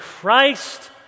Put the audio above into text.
Christ